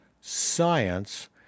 science